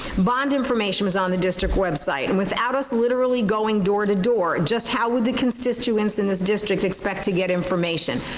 bond information was on the district website. and without us literally going door to door, just how would the constituents in this district expect to get information?